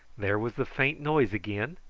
there was the faint noise again,